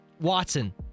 Watson